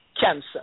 cancer